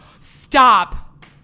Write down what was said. stop